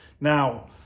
now